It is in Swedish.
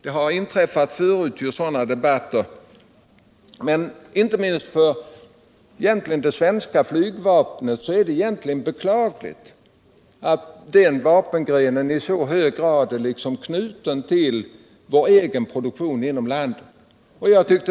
Sådana debatter har förts tidigare, men det är inte minst för det svenska flygvapnet i viss mening beklagligt att den vapengrenen i så hög grad som nu är fallet är knuten till vår egen produktion inom landet.